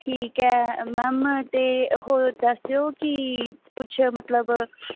ਠੀਕ ਹੈ ਮੈਮ ਅਤੇ ਉਹ ਦੱਸ ਦਿਓ ਕਿ ਕੁੱਛ ਮਤਲਬ